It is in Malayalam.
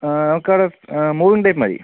നമുക്ക് അത് ആ മൂൺ ടൈപ്പ് മതി